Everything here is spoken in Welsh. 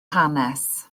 hanes